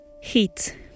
heat